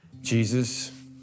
Jesus